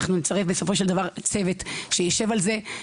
אנחנו נצרף בסופו של דבר צוות שיישב על זה,